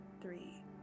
three